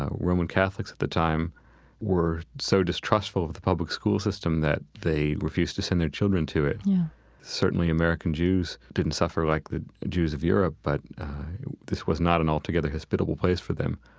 ah roman catholics at the time were so distrustful of the public school system that they refused to send their children to it yeah certainly, american jews didn't suffer like the jews of europe, but this was not an altogether hospitable place for them.